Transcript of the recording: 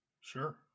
Sure